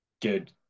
good